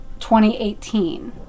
2018